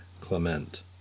Clement